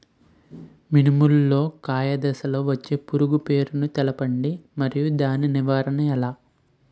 మినుము లో కాయ దశలో వచ్చే పురుగు పేరును తెలపండి? మరియు దాని నివారణ ఎలా?